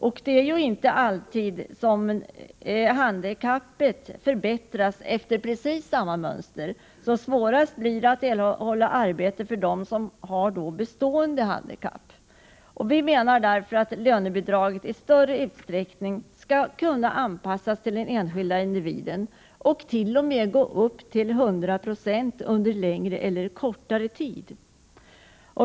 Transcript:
Det är ju inte alltid som handikappet förbättras efter precis samma mönster. Svårast att erhålla arbete blir det därför för den som har ett bestående handikapp. Vi menar därför att lönebidraget i större utsträckning skall kunna anpassas till den enskilde individen och t.o.m. uppgå till 100 96 under längre eller kortare tid.